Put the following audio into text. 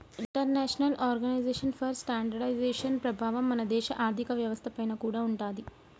international organization for standardization ప్రభావం మన దేశ ఆర్ధిక వ్యవస్థ పైన కూడా ఉంటాది